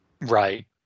Right